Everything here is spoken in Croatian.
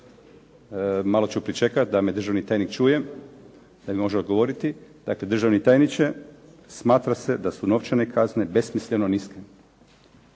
Malo ću pričekati da me državni tajnik čuje, da mi može odgovoriti. Dakle, državni tajniče, smatra se da su novčane kazne besmisleno niske.